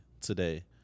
today